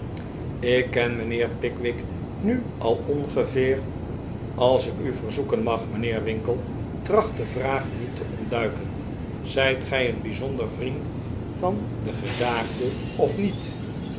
ik ken mijnheer pickwick nu al ongeveer als ik u verzoeken mag mijnheer winkle tracht de vraag niet te ontduiken zijt gij een bijzonder vriend van den gedaagde of niet